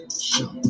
show